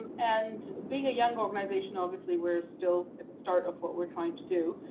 and and being a young organization, obviously we're still at the start of what we're trying to do.